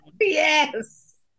Yes